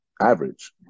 Average